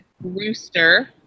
Rooster